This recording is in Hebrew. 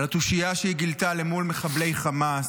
על התושייה שהיא גילתה מול מחבלי חמאס,